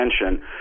attention—